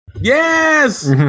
Yes